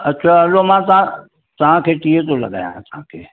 अच्छा हलो मां तव्हां तव्हांखे टीह थो लॻायां